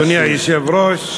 אדוני היושב-ראש,